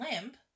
limp